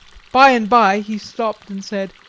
by-and-by he stopped and said,